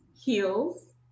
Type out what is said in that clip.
heels